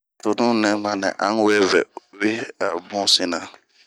Tonu nɛ ma nɛp a unwe vɛ uwi ,abun sina.